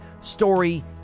story